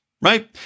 Right